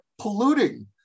polluting